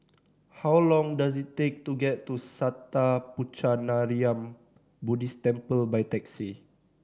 how long does it take to get to Sattha Puchaniyaram Buddhist Temple by taxi